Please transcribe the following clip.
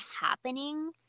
happening